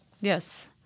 Yes